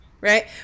Right